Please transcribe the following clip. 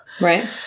Right